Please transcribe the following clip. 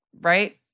Right